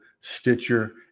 Stitcher